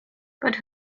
but